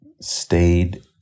stayed